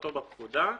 "כהגדרתו בפקודה,